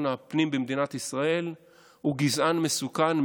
הפנים במדינת ישראל הוא גזען מסוכן,